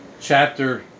chapter